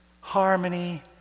harmony